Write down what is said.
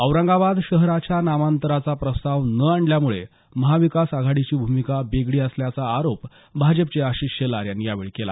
औरंगाबाद शहराच्या नामांतराचा प्रस्ताव न आणल्यामुळे महाविकास आघाडीची भूमिका बेगडी असल्याचा आरोप भाजपचे आशिष शेलार यांनी यावेळी केला